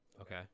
Okay